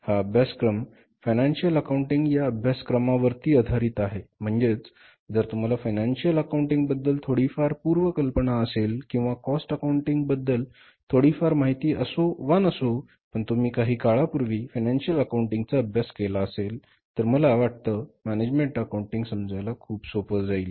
हा अभ्यासक्रम financial accounting या अभ्यासक्रमावर आधारित आहे म्हणजेच जर तुम्हाला फायनान्शिअल अकाउंटिंग बद्दल थोडीफार पूर्व कल्पना असेल किंवा कॉस्ट अकाउंटिंग बद्दल थोडीफार माहिती असो वा नसो पण तुम्ही काही काळापूर्वी फायनान्शिअल अकाउंटिंग चा अभ्यास केला असेल तर मला वाटतं मॅनेजमेण्ट अकाऊण्टिंग समजायला खूप सोपं जाईल